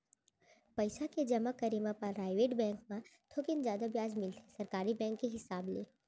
पइसा के जमा करे म पराइवेट बेंक म थोकिन जादा बियाज मिलथे सरकारी बेंक के हिसाब ले